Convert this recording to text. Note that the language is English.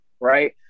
right